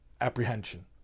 apprehension